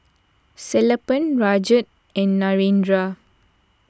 Sellapan Rajat and Narendra